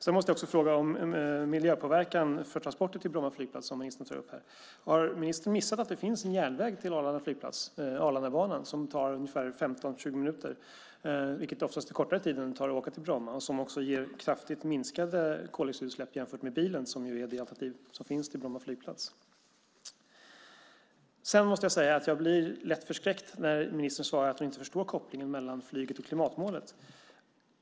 Jag måste också fråga om miljöpåverkan för transporter till Bromma flygplats som ministern tar upp här. Har ministern missat att det finns en järnväg till Arlanda flygplats, Arlandabanan, som tar 15-20 minuter? Det är oftast kortare tid än vad det tar att åka till Bromma. Det ger också kraftigt minskade koldioxidutsläpp jämfört med bilen, som är det alternativ som finns till Bromma flygplats. Jag blir lätt förskräckt när ministern säger att hon inte förstår kopplingen mellan flyget och klimatmålet.